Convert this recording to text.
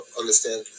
understand